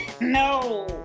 No